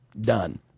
Done